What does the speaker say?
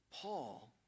paul